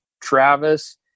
Travis